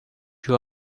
you